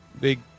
big